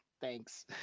Thanks